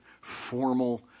formal